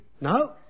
No